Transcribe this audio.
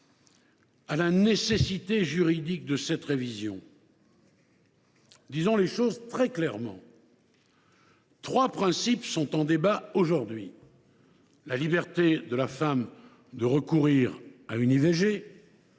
à la nécessité juridique de cette révision. Disons les choses clairement. Trois principes sont en débat aujourd’hui : la liberté de la femme de recourir à une IVG,